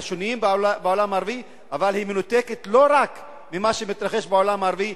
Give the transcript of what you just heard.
אבל היא מנותקת לא רק ממה שמתרחש בעולם הערבי,